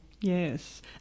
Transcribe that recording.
Yes